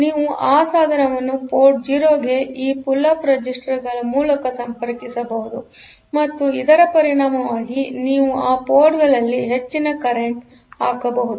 ನೀವು ಆ ಸಾಧನವನ್ನು ಪೋರ್ಟ್ 0 ಗೆ ಈ ಪುಲ್ ಅಪ್ ರೆಸಿಸ್ಟರ್ಗಳ ಮೂಲಕ ಸಂಪರ್ಕಿಸಬಹುದು ಮತ್ತು ಮತ್ತು ಇದರ ಪರಿಣಾಮವಾಗಿ ನೀವು ಆ ಪೋರ್ಟ್ ಗಳಲ್ಲಿ ಹೆಚ್ಚಿನ ಕರೆಂಟ್ ಹಾಕಬಹುದು